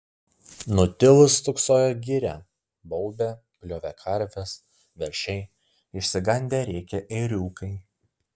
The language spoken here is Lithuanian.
nutilus stūksojo giria baubė bliovė karvės veršiai išsigandę rėkė ėriukai